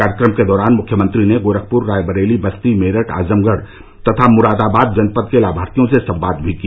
कार्यक्रम के दौरान मुख्यमंत्री ने गोरखपुर रायबरेली बस्ती मेरठ आजमगढ़ तथा मुरादाबाद जनपद के लाभार्थियों से संवाद भी किया